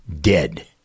dead